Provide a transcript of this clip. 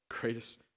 Greatest